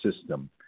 system